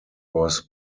was